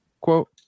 quote